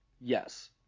Yes